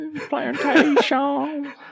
plantation